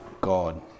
God